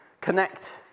connect